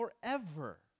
forever